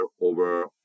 over